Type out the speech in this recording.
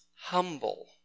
humble